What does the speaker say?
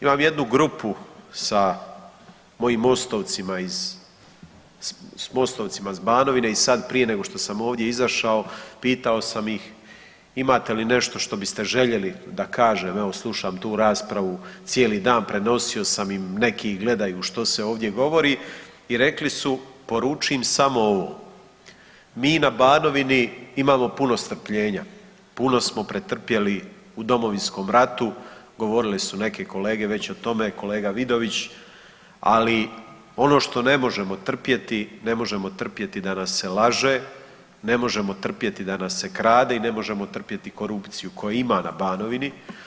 Imam jednu grupu sa mojim Mostovcima s Banovine i sad prije nego što sam ovdje izašao pitao sam ih, imate li nešto što biste željeli da kažem evo slušam tu raspravu cijeli dan, prenosio sam im, neki gledaju što se ovdje govori i rekli su poruči im samo ovo, mi na Banovini imamo puno strpljenja, puno smo pretrpjeli u Domovinskom ratu, govorile su neke kolege već o tome, kolega Vidović, ali ono što ne možemo trpjeti, ne možemo trpjeti da nas se laže, ne možemo trpjeti da nas se krade i ne možemo trpjeti korupciju koje ima na Banovini.